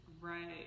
Right